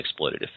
exploitative